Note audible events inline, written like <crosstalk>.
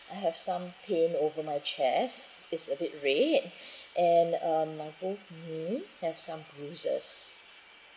I have some pain over my chest it's a bit red <breath> and um my both knee have some bruises